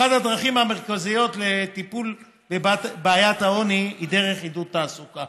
אחת הדרכים המרכזיות לטיפול בבעיית העוני היא דרך עידוד תעסוקה.